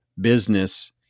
business